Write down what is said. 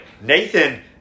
Nathan